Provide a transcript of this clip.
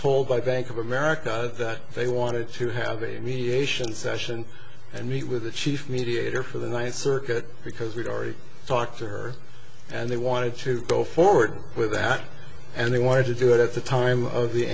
told by bank of america that they wanted to have a mediation session and meet with the chief mediator for the night circuit because we'd already talked to her and they wanted to go forward with that and they wanted to do it at the time of the